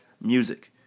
music